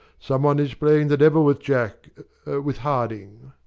some one is playing the devil with jack with harding.